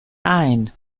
ein